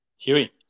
Huey